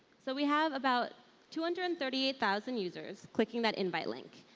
so we have about two hundred and thirty eight thousand users clicking that invite link.